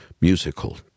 musical